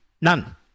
None